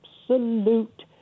absolute